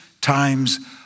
times